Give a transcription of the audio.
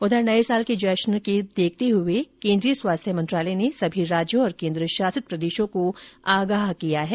उधर नए साल के जश्न को देखते हुए केन्द्रीय स्वास्थ्य मंत्रालय ने सभी राज्यों और केन्द्र शासित प्रदेशों को आगह किया है